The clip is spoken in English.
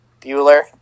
Bueller